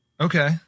Okay